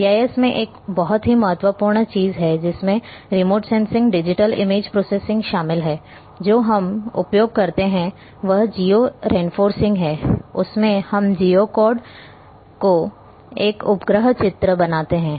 GIS में एक बहुत ही महत्वपूर्ण चीज है जिसमें remote sensing digital image processing शामिल है जो हम उपयोग करते हैं वह जियो रेफरेंसिंग है उसमें हम जिओ कोड को एक उपग्रह चित्र बनाते हैं